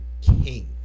king